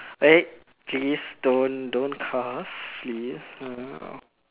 eh please don't don't cuss please ha